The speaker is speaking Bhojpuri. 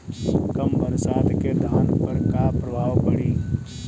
कम बरसात के धान पर का प्रभाव पड़ी?